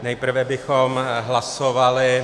Nejprve bychom hlasovali